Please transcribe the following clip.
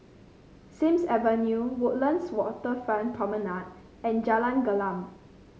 Sims Avenue Woodlands Waterfront Promenade and Jalan Gelam